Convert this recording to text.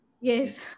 Yes